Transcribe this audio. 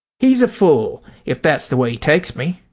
he is a fool if that's the way he takes me.